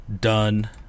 done